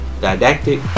didactic